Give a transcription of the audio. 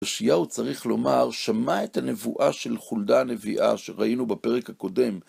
יאשיהו, צריך לומר, שמע את הנבואה של חולדה הנביאה, שראינו בפרק הקודם.